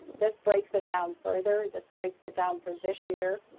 this breaks it down further. this breaks it down for this year